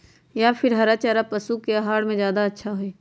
या फिर हरा चारा पशु के आहार में ज्यादा अच्छा होई?